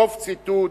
סוף ציטוט.